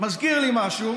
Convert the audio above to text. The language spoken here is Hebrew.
מזכיר לי משהו,